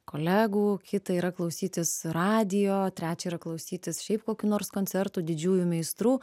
kolegų kita yra klausytis radijo trečia yra klausytis šiaip kokių nors koncertų didžiųjų meistrų